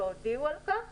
והודיעו על כך